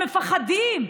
הם מפחדים.